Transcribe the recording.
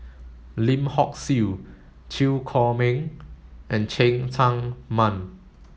Lim Hock Siew Chew Chor Meng and Cheng Tsang Man